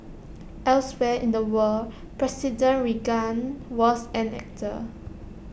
elsewhere in the world president Reagan was an actor